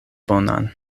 bonan